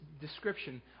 description